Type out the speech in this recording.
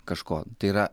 kažko tai yra